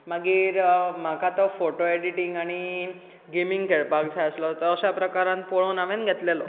मागीर म्हाका तो फोटो एडिटींग आनी गेमींग खेळपाक जाय आसलो तो अशा प्रकारान पोळोन हांवेन घेतलेलो